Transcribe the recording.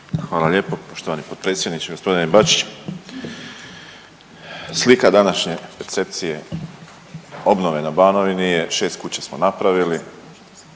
Hvala lijepo. Poštovani potpredsjedniče g. Bačić. Slika današnje percepcije obnove na Banovini je, 6 kuća smo napravili,